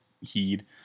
heed